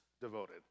devoted